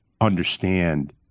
understand